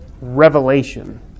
revelation